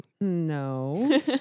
No